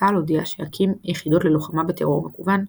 צה"ל הודיע שיקים יחידות ללוחמה בטרור מקוון,